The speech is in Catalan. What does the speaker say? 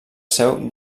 seu